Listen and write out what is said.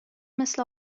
مثل